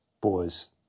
Boys